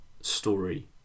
story